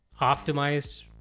optimized